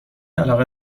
علاقه